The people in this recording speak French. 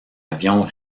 avion